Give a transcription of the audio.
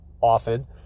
often